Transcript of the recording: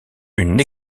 une